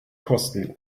kosten